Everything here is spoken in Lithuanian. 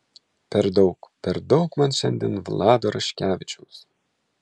per daug per daug man šiandien vlado raškevičiaus